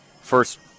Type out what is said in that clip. first